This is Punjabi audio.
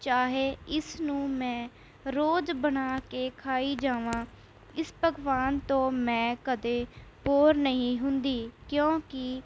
ਚਾਹੇ ਇਸ ਨੂੰ ਮੈਂ ਰੋਜ਼ ਬਣਾ ਕੇ ਖਾਈ ਜਾਵਾਂ ਇਸ ਪਕਵਾਨ ਤੋਂ ਮੈਂ ਕਦੇ ਬੋਰ ਨਹੀਂ ਹੁੰਦੀ ਕਿਉਂਕਿ